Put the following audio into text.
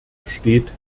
besteht